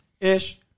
ish